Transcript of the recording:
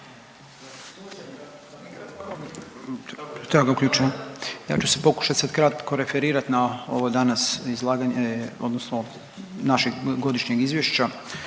Ja ću se pokušati sad kratko referirati na ovo danas izlaganje odnosno našeg godišnjeg izvješća.